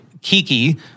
Kiki